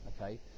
okay